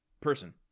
person